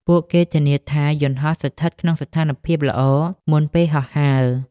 ពួកគេធានាថាយន្តហោះស្ថិតក្នុងស្ថានភាពល្អមុនពេលហោះហើរ។